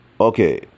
Okay